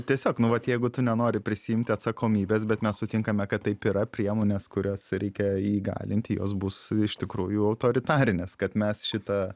tiesiog nu vat jeigu tu nenori prisiimti atsakomybės bet mes sutinkame kad taip yra priemonės kurias reikia įgalinti jos bus iš tikrųjų autoritarinės kad mes šitą